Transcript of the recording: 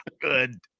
good